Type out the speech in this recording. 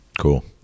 cool